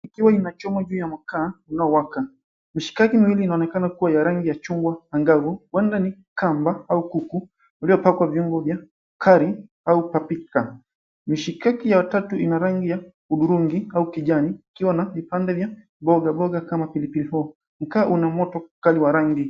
Ikiwa inachomwa juu ya makaa inayowaka mishikaki miwili inaonekana kua ya rangi ya chungwa angavu huenda ni kamba au kuku waliopakwa viungo vya kari au paprika. Mishikaki ya tatu ina rangi ya udhurungi au kijani ikiwa na vipande vya mboga mboga kama pilipili hoho. Mkaa una moto mkali wa rangi.